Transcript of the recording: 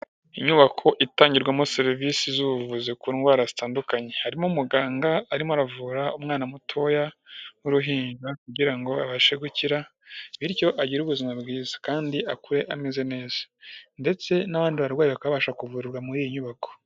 Inyubako itangirwamo serivisi z'ubuvuzi ku ndwara zitandukanye harimo umuganga arimo aravura umwana mutoya nk'uruhinja kugirango ngo abashe gukira bityo agire ubuzima bwiza kandi akure ameze neza ndetse n'abandi barwayi akabasha kuvurwa muri iyi nyubako.